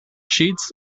sheets